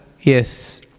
yes